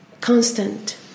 constant